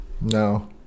No